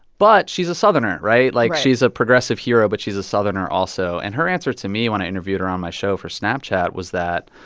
but she's a southerner, right? right like, she's a progressive hero, but she's a southerner, also. and her answer to me when i interviewed her on my show for snapchat was that,